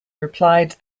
replied